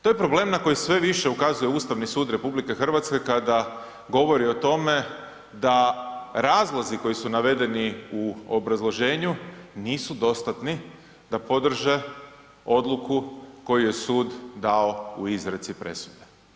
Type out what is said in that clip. To je problem na koji sve više ukazuje Ustavni sud RH kada govori o tome da razlozi koji su navedeni u obrazloženju nisu dostatni da podrže odluku koju je sud dao u izreci presude.